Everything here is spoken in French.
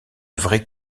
vraie